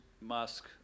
Musk